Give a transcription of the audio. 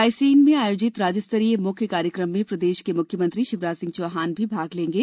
रायसेन में आयोजित राज्य स्तरीय मुख्य कार्यक्रम में प्रदेश के मुख्यमंत्री शिवराज सिंह चौहान भी भाग लेंगे